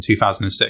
2006